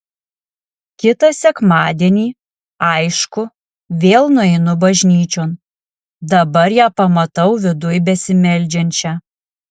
kitą sekmadienį aišku vėl nueinu bažnyčion dabar ją pamatau viduj besimeldžiančią